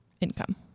income